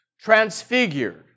transfigured